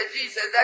Jesus